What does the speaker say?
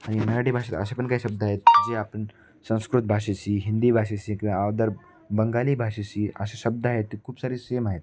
आणि मराठी भाषेत असे पण काही शब्द आहेत जे आपण संस्कृत भाषेशी हिंदी भाषेशी किंवा अदर बंगाली भाषेशी असे शब्द आहेत ते खूप सारे सेम आहेत